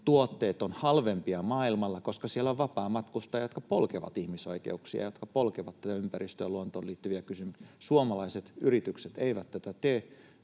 Tuotteet ovat halvempia maailmalla, koska siellä on vapaamatkustajia, jotka polkevat ihmisoikeuksia ja jotka polkevat ympäristöön ja luontoon liittyviä kysymyksiä. Suomalaiset yritykset eivät tätä tee,